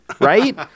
Right